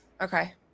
okay